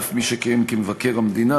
אף מי שכיהן כמבקר המדינה,